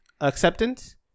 acceptance